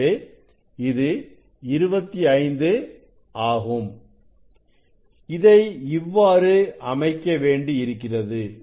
எனவே இது 25 ஆகும் இதை இவ்வாறு அமைக்க வேண்டி இருக்கிறது